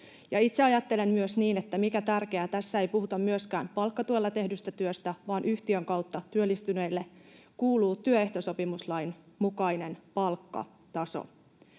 Itse ajattelen myös niin, että mikä tärkeää, tässä ei puhuta myöskään palkkatuella tehdystä työstä, vaan yhtiön kautta työllistyneille kuuluu työehtosopimuslain mukainen palkkataso.